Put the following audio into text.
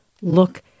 look